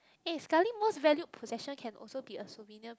eh sekali most valued possession can also be a souvenir